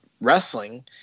wrestling